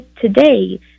today